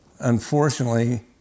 unfortunately